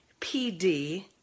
PD